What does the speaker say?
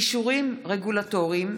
(אישורים רגולטוריים),